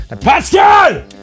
Pascal